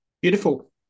Beautiful